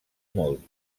molt